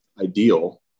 ideal